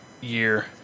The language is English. year